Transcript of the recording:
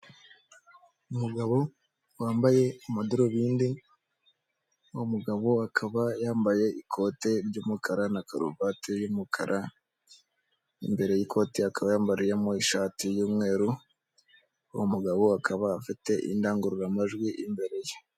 Umugabo wambaye amadarubindi, uno mugabo akaba yambaye ikoti ry'umukara na karuvati y'umukara, imbere y'ikoti akaba yambariyemo ishati y'umweru, uwo mugabo akaba afite indangururamajwi imbere ye.